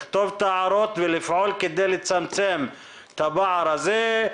לכתוב את ההערות ולפעול כדי לצמצם את הפער הזה.